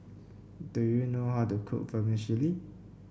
do you know how to cook Vermicelli